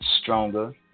stronger